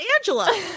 Angela